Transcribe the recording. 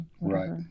Right